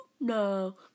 No